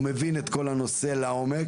הוא מבין את כל הנושא לעומק,